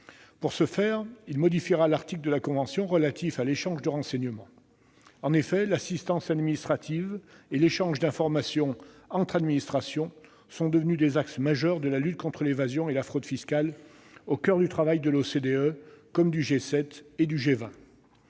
Pour ce faire, il modifiera l'article de la convention relatif à l'échange de renseignements. En effet, l'assistance administrative et l'échange d'informations entre administrations sont devenus des axes majeurs de la lutte contre l'évasion et la fraude fiscales, qui est au coeur du travail tant de l'OCDE que du G7 et du G20.